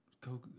go